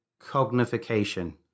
cognification